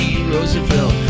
Roosevelt